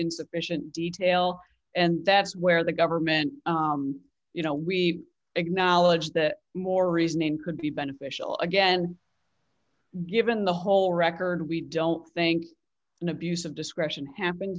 insufficient detail and that's where the government you know we acknowledge that more reasoning could be beneficial again given the whole record we don't think an abuse of discretion happen